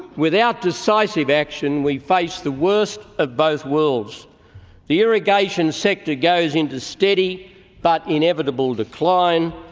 without decisive action we face the worst of both worlds the irrigation sector goes into steady but inevitable decline,